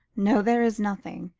no, there is nothing.